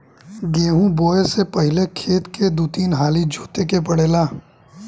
गेंहू बोऐ से पहिले खेत के दू तीन हाली जोते के पड़ेला